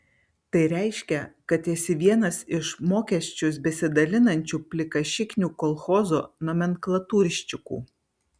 tai reiškia kad esi vienas iš mokesčius besidalinančių plikašiknių kolchozo nomenklaturščikų